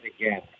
again